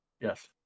Yes